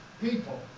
people